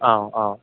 औ औ